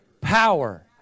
Power